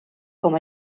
com